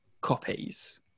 copies